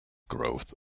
growth